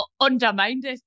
undermined